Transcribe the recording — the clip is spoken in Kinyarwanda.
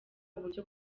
uburyo